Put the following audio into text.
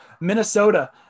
Minnesota